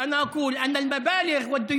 (אומר בערבית: ולכן אני אומר שהסכומים והחובות